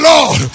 Lord